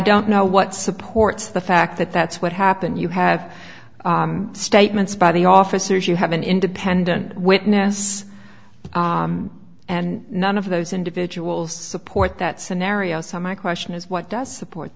don't know what supports the fact that that's what happened you have statements by the officers you have an independent witness and none of those individuals support that scenario so my question is what does support